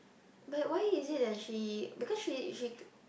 but why is it that she because she she